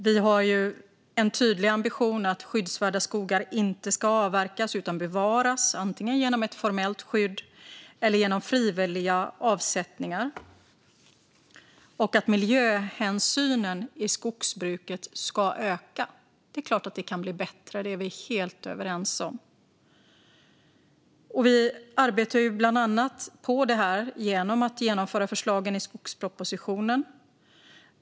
Vi har en tydlig ambition att skyddsvärda skogar inte ska avverkas utan bevaras, antingen genom ett formellt skydd eller genom frivilliga avsättningar, och att miljöhänsynen i skogsbruket ska öka. Det är klart att det kan bli bättre. Det är vi helt överens om. Vi arbetar bland annat på detta genom att genomföra förslagen i skogspropositionen.